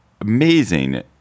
Amazing